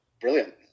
brilliant